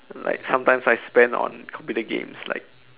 like sometimes I spend on computer games like